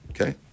Okay